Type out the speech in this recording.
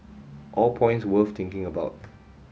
all points worth thinking about